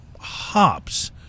hops